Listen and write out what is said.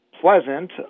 pleasant